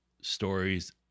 stories